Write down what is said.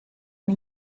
una